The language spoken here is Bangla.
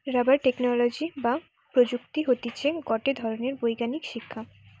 রাবার টেকনোলজি বা প্রযুক্তি হতিছে গটে ধরণের বৈজ্ঞানিক শিক্ষা